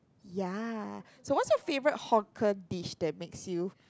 ya so what's your favourite hawker dish that make you